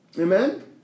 Amen